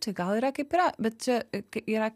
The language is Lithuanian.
tai gal yra kaip yra bet čia kai yra